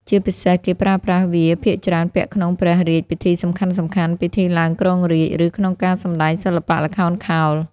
ជាពិសេសគេប្រើប្រាស់វាភាគច្រើនពាក់ក្នុងព្រះរាជពិធីសំខាន់ៗ ពិធីឡើងគ្រងរាជ្យ ឬក្នុងការសម្តែងសិល្បៈល្ខោនខោល។